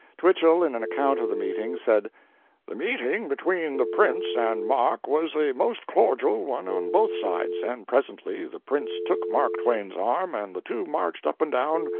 twichell, in an account of the meeting, said the meeting between the prince and mark was a most cordial one on both sides, and presently the prince took mark twain's arm and the two marched up and down,